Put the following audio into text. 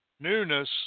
newness